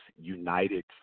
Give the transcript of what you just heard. united